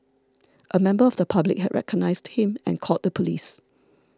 a member of the public had recognised him and called the police